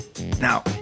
Now